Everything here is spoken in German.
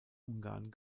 ungarn